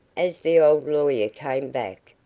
as the old lawyer came back,